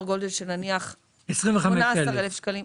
גודל של נניח 18,000 שקלים --- 25,000 שקלים.